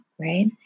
right